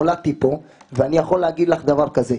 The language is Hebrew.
נולדתי פה ואני יכול להגיד לך דבר כזה,